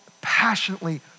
passionately